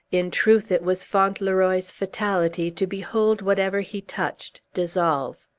in truth, it was fauntleroy's fatality to behold whatever he touched dissolve.